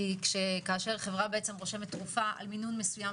כי כאשר חברה רושמת תרופה על מינון מסוים,